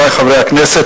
חברי חברי הכנסת,